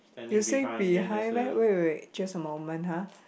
you say behind meh wait wait wait just a moment ha